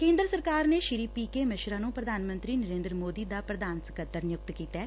ਕੇਂਦਰ ਸਰਕਾਰ ਨੇ ਸ੍ਰੀ ਪੀ ਕੇ ਮਿਸ਼ਰਾ ਨੂੰ ਪ੍ਰਧਾਨ ਮੰਤਰੀ ਨਰੇਂਦਰ ਮੋਦੀ ਦਾ ਪ੍ਰਧਾਨ ਸਕੱਤਰ ਨਿਯੁਕਤ ਕੀਤੈ